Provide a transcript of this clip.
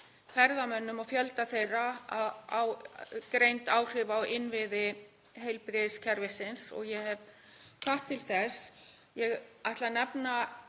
ferðamönnum og fjölda þeirra eða greind áhrif þessa á innviði heilbrigðiskerfisins og ég hef hvatt til þess. Ég ætla að nefna